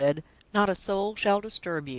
not a soul shall disturb you.